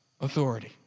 authority